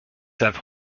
have